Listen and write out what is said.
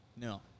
No